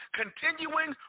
continuing